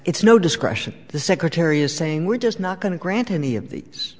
it's no discretion the secretary is saying we're just not going to grant any of these